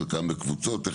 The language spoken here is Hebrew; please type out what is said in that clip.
חלקן בקבוצות,